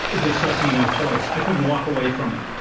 just left me no choice. i couldn't walk away from it.